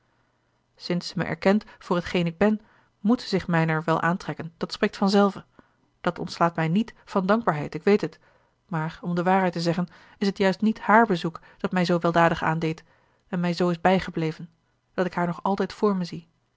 zij mij erkent voor hetgeen ik ben moet ze zich mijner wel aantrekken dat spreekt vanzelve dat ontslaat mij niet van dankbaarheid ik weet het maar om de waarheid te zeggen is het juist niet haar bezoek dat mij zoo weldadig aandeed en mij zoo is bijgebleven dat ik haar nog altijd voor mij zie